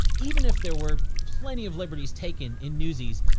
even if there were plenty of liberties taken in newsies,